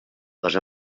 les